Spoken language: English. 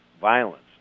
violence